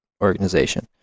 organization